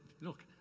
look